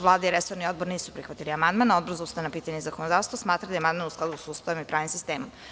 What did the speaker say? Vlada i resorni Odbor nisu prihvatili amandman, a Odbor za ustavna pitanja i zakonodavstvo smatra da je amandman u skladu sa Ustavom i pravnim sistemom.